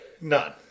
none